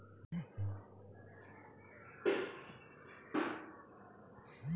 পইসা কোথায় দিলে সেটর যে ইক চালাল বেইরায়